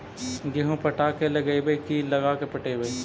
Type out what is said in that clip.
गेहूं पटा के लगइबै की लगा के पटइबै?